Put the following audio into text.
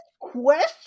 question